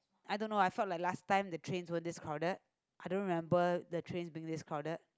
I don't know I felt like last time the trains weren't this crowded I don't remember the trains being this crowded